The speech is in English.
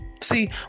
See